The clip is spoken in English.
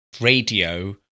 radio